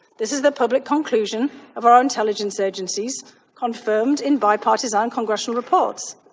this is the public conclusion of our intelligence agencies confirmed in bipartisan congressional reports.